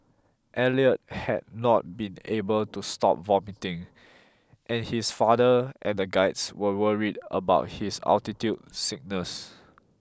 Elliot had not been able to stop vomiting and his father and the guides were worried about his altitude sickness